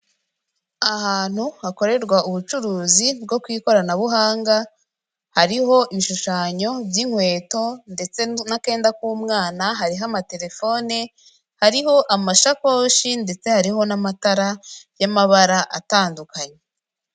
Ahantu hakorerwa ubucuruzi bwo ku ikoranabuhanga, hariho ibishushanyo by'inkweto ndetse n'akenda k'umwana, hariho amaterefone hariho amashakoshi ndetse hariho n'amatara y'amabara atandukanye.